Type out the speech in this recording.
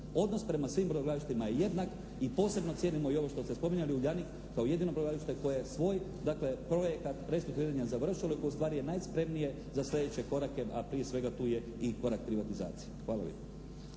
Odnos prema svim brodogradilištima je jednak i posebno cijenimo i ovo što ste spominjali "Uljanik" kao jedino brodogradilište koje je svoj, dakle, projekat restrukturiranja završilo i koje ustvari je najspremnije za sljedeće korak, a prije svega tu je i korak privatizacije. Hvala